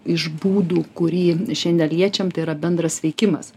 iš būdų kurį šiandien liečiam tai yra bendras veikimas